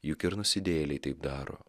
juk ir nusidėjėliai taip daro